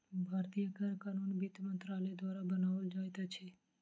भारतीय कर कानून वित्त मंत्रालय द्वारा बनाओल जाइत अछि